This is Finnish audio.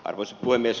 arvoisa puhemies